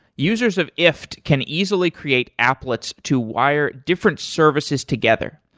users of ifttt can easily create applets to wire different services together.